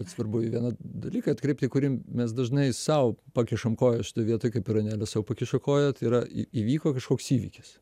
svarbu į vieną dalyką atkreipti kurį mes dažnai sau pakišam koją šitoj vietoj kaip ir anelė sau pakišo koją tai yra į įvyko kažkoks įvykis